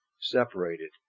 separated